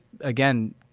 again